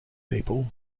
people